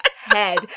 head